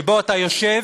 שבו אתה יושב